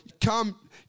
come